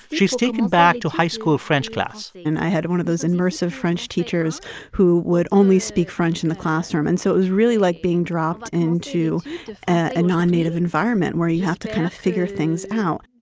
she's taken back to high school french class and i had one of those immersive french teachers who would only speak french in the classroom. and so it was really like being dropped into a non-native environment where you have to kind of figure things out.